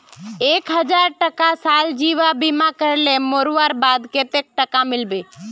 एक हजार टका साल जीवन बीमा करले मोरवार बाद कतेक टका मिलबे?